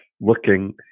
looking